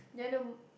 do you wanna